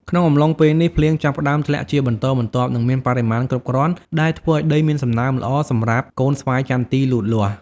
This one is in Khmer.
ក្នុងអំឡុងពេលនេះ ភ្លៀងចាប់ផ្តើមធ្លាក់ជាបន្តបន្ទាប់ និងមានបរិមាណគ្រប់គ្រាន់ ដែលធ្វើឱ្យដីមានសំណើមល្អសម្រាប់កូនស្វាយចន្ទីលូតលាស់។